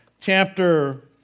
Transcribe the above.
chapter